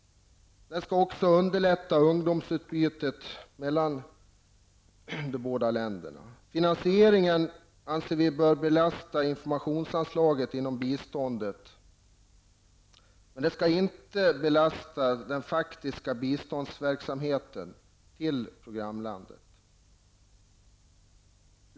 Man bör också underlätta ungdomsutbytet mellan de båda länderna. Finansieringen anser vi bör belasta informationsanslaget inom biståndet. Det skall inte belasta den faktiska biståndsverksamheten till programlandet.